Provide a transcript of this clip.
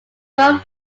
road